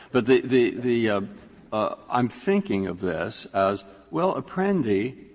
but the the the i'm thinking of this as well, apprendi,